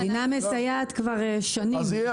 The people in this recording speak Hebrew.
המדינה מסייעת כבר שנים.